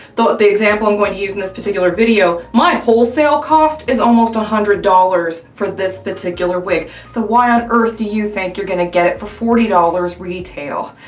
the the example i'm going to use in this particular video, my wholesale cost is almost a hundred dollars for this particular wig, so why on earth do you think you're gonna get it for forty dollars retail?